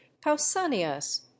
Pausanias